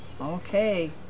Okay